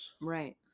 Right